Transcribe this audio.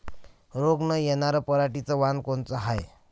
रोग न येनार पराटीचं वान कोनतं हाये?